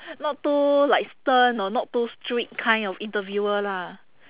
not too like stern or not too strict kind of interviewer lah